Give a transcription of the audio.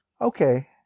Okay